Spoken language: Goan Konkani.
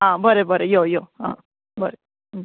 आं बरें बरें यो यो आं बरें